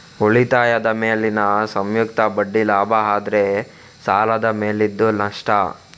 ಉಳಿತಾಯದ ಮೇಲಿನ ಸಂಯುಕ್ತ ಬಡ್ಡಿ ಲಾಭ ಆದ್ರೆ ಸಾಲದ ಮೇಲಿದ್ದು ನಷ್ಟ